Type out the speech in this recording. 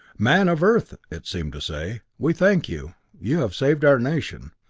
man of earth, it seemed to say, we thank you you have saved our nation.